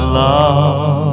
love